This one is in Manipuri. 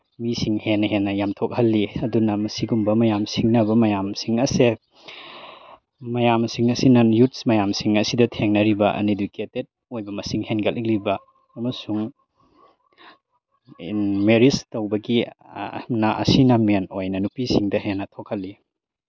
ꯃꯤꯁꯤꯡ ꯍꯦꯟꯅ ꯍꯦꯟꯅ ꯌꯥꯝꯊꯣꯛꯍꯜꯂꯤ ꯑꯗꯨꯅ ꯃꯁꯤꯒꯨꯝꯕ ꯃꯌꯥꯝ ꯁꯤꯡꯅꯕ ꯃꯌꯥꯝꯁꯤꯡ ꯑꯁꯦ ꯃꯌꯥꯝꯁꯤꯡ ꯑꯁꯤꯅ ꯌꯨꯠꯁ ꯃꯌꯥꯝꯁꯤꯡ ꯑꯁꯤꯗ ꯊꯦꯡꯅꯔꯤꯕ ꯑꯟꯏꯗꯨꯀꯦꯇꯦꯠ ꯑꯣꯏꯕ ꯃꯁꯤꯡ ꯍꯦꯟꯒꯠꯂꯛꯂꯤꯕ ꯑꯃꯁꯨꯡ ꯃꯦꯔꯤꯖ ꯇꯧꯕꯒꯤ ꯑꯁꯤꯅ ꯃꯦꯟ ꯑꯣꯏꯅ ꯅꯨꯄꯤꯁꯤꯡꯗ ꯍꯦꯟꯅ ꯊꯣꯛꯍꯜꯂꯤ